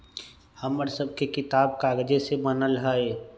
हमर सभके किताब कागजे से बनल हइ